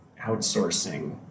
outsourcing